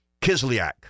Kislyak